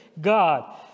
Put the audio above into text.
God